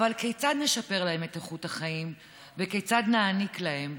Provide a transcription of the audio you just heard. אבל כיצד נשפר להם את איכות החיים וכיצד נעניק להם?